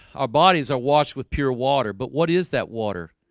our bodies are washed with pure water. but what is that water?